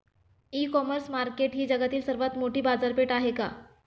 इ commerce market ही जगातील सर्वात मोठी बाजारपेठ आहे का?